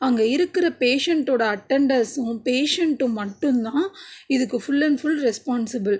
அங்கே இருக்கிற பேஷண்ட்டோட அட்டண்டர்ஸும் பேஷண்ட்டும் மட்டும் தான் இதுக்கு ஃபுல் அண்ட் ஃபுல் ரெஸ்பான்சிபிள்